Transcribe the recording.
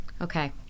Okay